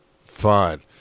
fun